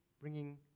bringing